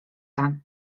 dan